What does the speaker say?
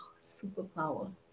Superpower